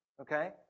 okay